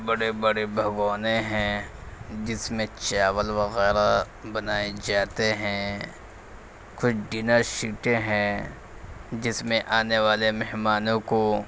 بڑے بڑے بھگونے ہیں جس میں چاول وغیرہ بنائے جاتے ہیں کچھ ڈنر شیٹیں ہیں جس میں آنے والے مہمانوں کو